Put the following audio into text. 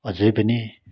अझै पनि